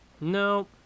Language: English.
No